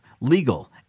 legal